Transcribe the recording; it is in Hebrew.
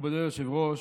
מכובדי היושב-ראש,